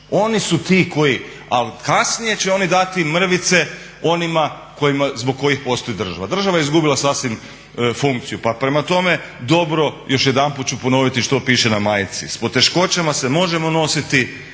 oni su ti koji. Ali kasnije će oni dati mrvice onima zbog kojih postoji država. Država je izgubila sasvim funkciju, pa prema tome dobro još jedanput ću ponoviti što piše na majici. "S poteškoćama se možemo nositi,